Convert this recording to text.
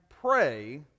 pray